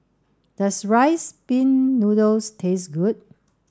does rice pin noodles taste good